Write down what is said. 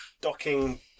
Docking